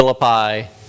Philippi